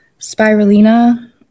spirulina